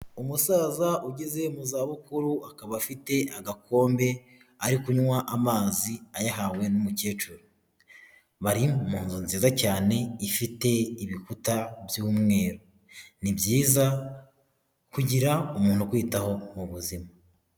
Umusaza ugeze mu za bukuru, akaba afite agakombe ari kunywa amazi, ayahawe n'umukecuru. Bari munzu nziza cyane ifite ibikuta by'umweru. Ni byiza kugira umuntu ukwitaho mu buzima.